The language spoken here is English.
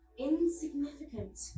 Insignificant